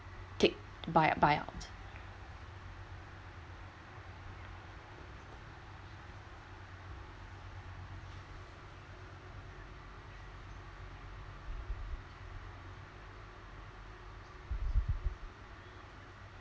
take buy buy our own